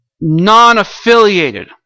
non-affiliated